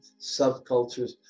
subcultures